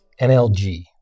NLG